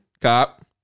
cop